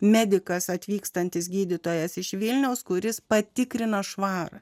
medikas atvykstantis gydytojas iš vilniaus kuris patikrina švarą